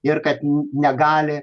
ir kad negali